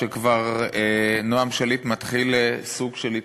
שכבר נועם שליט מתחיל בסוג של התנצלות.